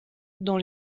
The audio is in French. dans